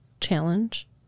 challenge